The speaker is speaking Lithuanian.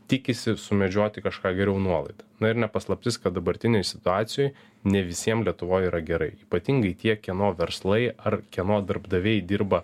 tikisi sumedžioti kažką geriau nuolat na ir ne paslaptis kad dabartinėj situacijoj ne visiem lietuvoj yra gerai ypatingai tie kieno verslai ar kieno darbdaviai dirba